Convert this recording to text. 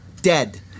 dead